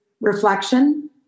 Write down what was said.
reflection